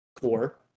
core